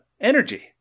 energy